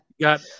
got –